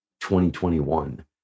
2021